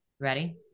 Ready